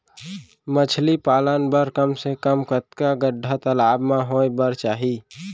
मछली पालन बर कम से कम कतका गड्डा तालाब म होये बर चाही?